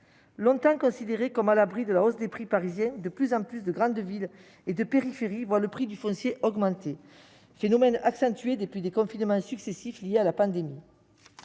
Longtemps considérées comme à l'abri de la hausse des prix parisiens, de plus en plus de grandes villes et de périphéries voient le prix du foncier augmenter. Le phénomène s'est accentué depuis les confinements successifs liés à la pandémie.